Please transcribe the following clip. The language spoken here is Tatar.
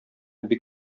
бик